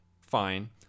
Fine